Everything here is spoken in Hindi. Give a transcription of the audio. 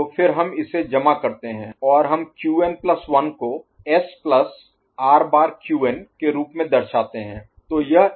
तो फिर हम इसे जमा करते हैं और हम Qn प्लस 1 Qn1 को S प्लस R बार Qn SQn के रूप में दर्शाते हैं